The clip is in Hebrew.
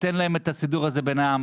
ניתן להם את הסידור הזה בינם.